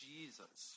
Jesus